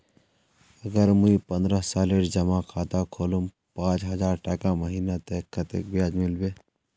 अगर मुई पन्द्रोह सालेर जमा खाता खोलूम पाँच हजारटका महीना ते कतेक ब्याज मिलबे?